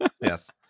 yes